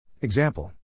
Example